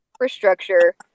infrastructure